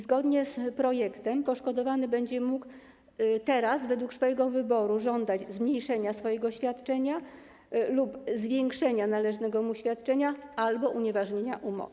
Zgodnie z projektem poszkodowany będzie teraz mógł według swojego wyboru żądać zmniejszenia swojego świadczenia lub zwiększenia należnego mu świadczenia albo unieważnienia umowy.